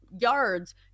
yards